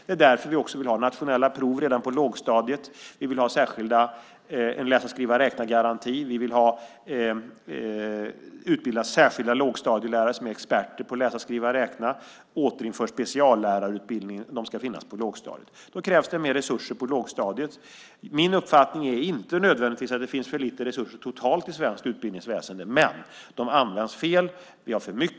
Det är också därför vi vill ha nationella prov redan på lågstadiet. Vi vill ha en särskild läsa-skriva-räkna-garanti. Vi vill utbilda särskilda lågstadielärare som är experter på läsa-skriva-räkna. Vi återinför speciallärarutbildningen. De ska finnas på lågstadiet. Då krävs det mer resurser på lågstadiet. Min uppfattning är inte nödvändigtvis att det finns för lite resurser totalt i svenskt utbildningsväsende. Men de används fel.